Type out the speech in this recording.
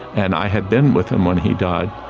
and i had been with him when he died.